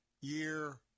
year